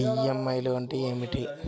EMI అంటే ఏమిటి?